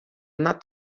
not